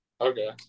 Okay